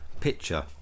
picture